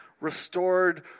restored